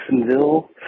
Jacksonville